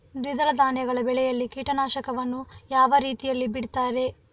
ದ್ವಿದಳ ಧಾನ್ಯಗಳ ಬೆಳೆಯಲ್ಲಿ ಕೀಟನಾಶಕವನ್ನು ಯಾವ ರೀತಿಯಲ್ಲಿ ಬಿಡ್ತಾರೆ?